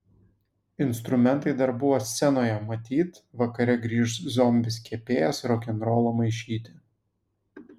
instrumentai dar buvo scenoje matyt vakare grįš zombis kepėjas rokenrolo maišyti